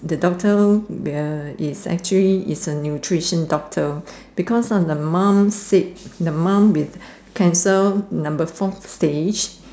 the doctor well its actually is a nutrition doctor because of the mom sick the mom with cancer number forth stage